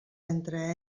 entre